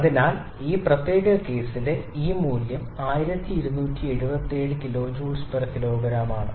അതിനാൽ ഈ പ്രത്യേക കേസിലെ ഈ മൂല്യം 1277 kJ kg ആണ്